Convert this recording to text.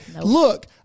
look